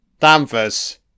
Danvers